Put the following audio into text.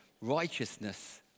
Righteousness